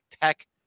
tech